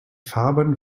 farben